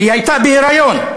היא הייתה בהיריון.